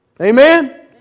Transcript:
Amen